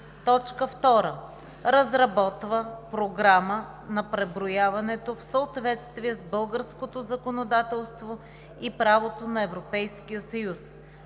страна; 2. разработва програма на преброяването в съответствие с българското законодателство и правото на Европейския съюз;